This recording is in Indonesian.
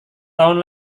tahun